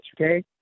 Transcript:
okay